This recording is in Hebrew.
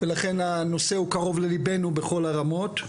ולכן הנושא קרוב לליבנו בכל הרמות.